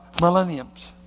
millenniums